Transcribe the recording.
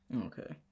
Okay